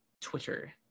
Twitter